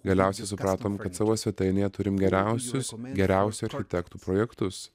galiausiai supratom kad savo svetainėje turim geriausius geriausių architektų projektus